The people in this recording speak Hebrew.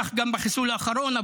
כך גם בחיסול האחרון,